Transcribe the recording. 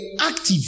active